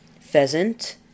Pheasant